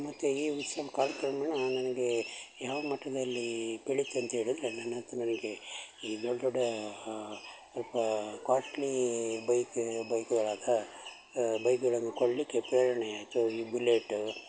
ಮತ್ತು ಈ ಉತ್ಸಾಹ ಕಾಲಕ್ರಮೇಣ ನನಗೆ ಯಾವ ಮಟ್ಟದಲ್ಲಿ ಬೆಳೀತು ಅಂತೇಳಿದರೆ ನನ್ನ ಹತ್ರ ನನಗೆ ಈ ದೊಡ್ಡ ದೊಡ್ಡ ಸ್ವಲ್ಪ ಕಾಸ್ಟ್ಲೀ ಬೈಕ ಬೈಕುಗಳಾದ ಬೈಕ್ಗಳನ್ನು ಕೊಳ್ಳಲಿಕ್ಕೆ ಪ್ರೇರಣೆ ಆಯಿತು ಈ ಬುಲೆಟ